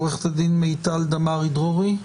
עו"ד מיטל דמרי דרורי.